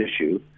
issue